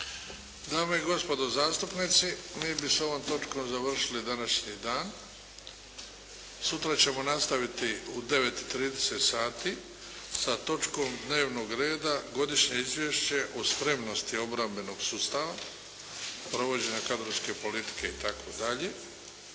Dame i gospodo zastupnici, mi bi s ovom točkom završili današnji dan. Sutra ćemo nastaviti u 9,30 sati sa točkom dnevnog reda Godišnje izvješće o spremnosti obrambenog sustava, provođenja kadrovske politike itd.